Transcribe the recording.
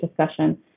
discussion